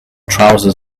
trousers